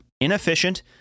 inefficient